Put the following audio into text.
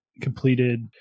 completed